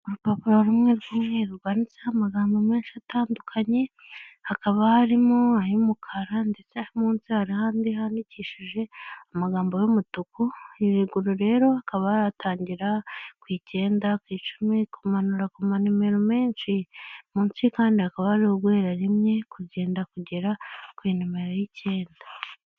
Urupapuro rumwe rw'imwe ru rwanditseho amagambo menshi atandukanye, hakaba harimo ay'umukara ndetse munsi hariho andi handikishije amagambo y'umutuku, iruguru rero hakaba hari atangira ku ikenda ku icumi kumanura ku inimero mensh,i munsi kandi akaba ari uguhera rimwe kugenda kugera ku numero y'icyenda.